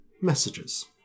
messages